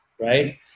right